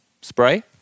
spray